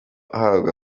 ahabwa